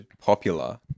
popular